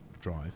drive